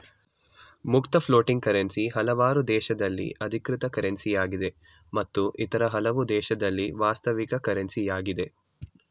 ಮುಕ್ತ floating currency ಹಲವಾರು ದೇಶದಲ್ಲಿ ಅಧಿಕೃತ ಕರೆನ್ಸಿಯಾಗಿದೆ ಮತ್ತು ಇತರ ಹಲವು ದೇಶದಲ್ಲಿ ವಾಸ್ತವಿಕ ಕರೆನ್ಸಿ ಯಾಗಿದೆ